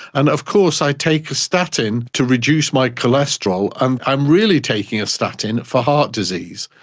and of course i take a statin to reduce my cholesterol, and i'm really taking a statin for heart disease.